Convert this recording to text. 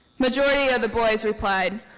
majority of the boys replied,